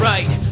Right